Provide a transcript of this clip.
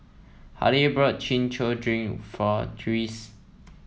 Hilah bought Chin Chow Drink for Tyrese